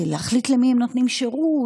להחליט למי הם נותנים שירות,